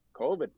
COVID